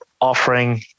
offering